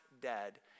dead